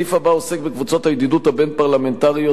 הסעיף הבא עוסק בקבוצות הידידות הבין-פרלמנטריות,